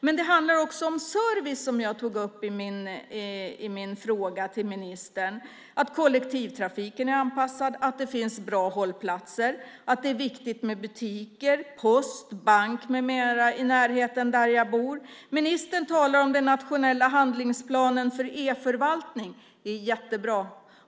Men det handlar också om service, som jag tog upp i min interpellation till ministern, att kollektivtrafiken är anpassad och att det finns bra hållplatser. Det är också viktigt att det finns butiker, post, bank med mera i närheten av bostaden. Ministern talar om den nationella handlingsplanen för e-förvaltning. Det är jättebra.